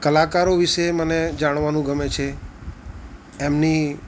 કલાકારો વિશે મને જાણવાનું ગમે છે એમની